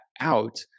out